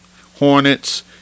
hornets